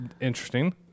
interesting